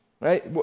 Right